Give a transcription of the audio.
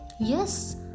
Yes